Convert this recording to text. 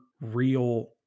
real